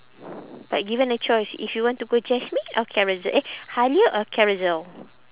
like given a choice if you want to go Jasmine or Carousel eh Halia or Carousel